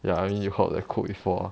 ya I mean you heard of that quote before ah